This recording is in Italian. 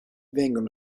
vengono